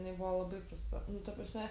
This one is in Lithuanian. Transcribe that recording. jinai buvo labai prasta nu ta prasme